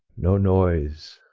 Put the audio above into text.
no noise,